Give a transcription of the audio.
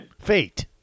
fate